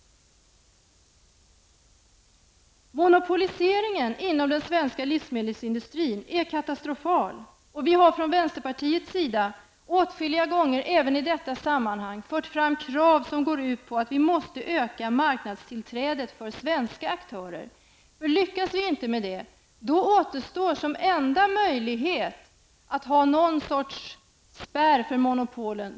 Monopoliseringen inom den svenska livsmedelsindustrin är katastrofal. Vänsterpartiet har åtskilliga gånger, även i detta sammanhang, fört fram krav som går ut på att marknadsinträdet för svenska aktörer måste öka. Lyckas inte det, då återstår som enda möjlighet att införa någon form av spärr för monopolen.